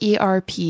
ERP